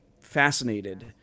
fascinated